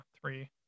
three